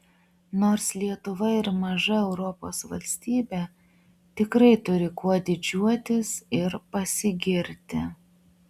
nors lietuva ir maža europos valstybė tikrai turi kuo didžiuotis ir pasigirti